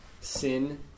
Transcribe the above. sin